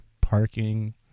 parking